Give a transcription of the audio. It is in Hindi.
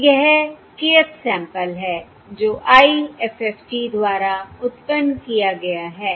तो यह kth सैंपल है जो IFFT द्वारा उत्पन्न किया गया है